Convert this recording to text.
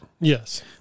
Yes